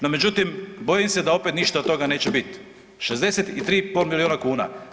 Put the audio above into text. No međutim, bojim se da opet ništa od toga neće biti 63 i pol milijuna kuna.